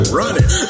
running